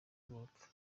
urupfu